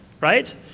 right